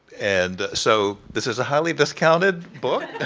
and so this is a highly discounted book,